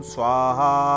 Swaha